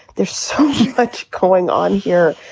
there's so much going on here.